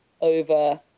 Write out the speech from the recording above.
over